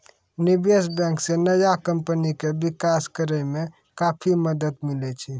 निबेश बेंक से नया कमपनी के बिकास करेय मे काफी मदद मिले छै